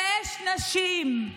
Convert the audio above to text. שש נשים.